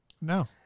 No